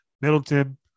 Middleton